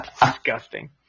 Disgusting